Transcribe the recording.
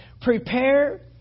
prepare